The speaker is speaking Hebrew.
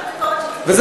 בפייסבוק וקראנו,